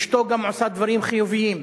אשתו גם עושה דברים חיוביים.